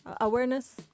awareness